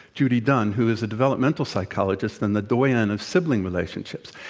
judy dunn, who is a developmental psychologist and the doyenne of sibling relationships.